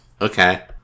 Okay